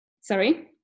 Sorry